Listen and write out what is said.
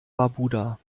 barbuda